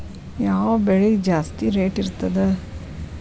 ಯಾವ ಬೆಳಿಗೆ ಜಾಸ್ತಿ ರೇಟ್ ಇರ್ತದ?